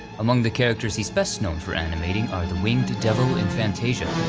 among the characters he's best known for animating are the winged devil in fantasia,